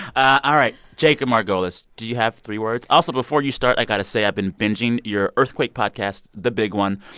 ah all right. jacob margolis, do you have three words? words? also, before you start, i got to say i've been bingeing your earthquake podcast, the big one,